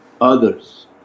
others